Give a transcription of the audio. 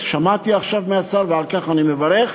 שמעתי עכשיו מהשר, ועל כך אני מברך,